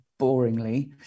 boringly